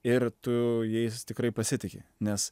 ir tu jais tikrai pasitiki nes